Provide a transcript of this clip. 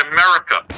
America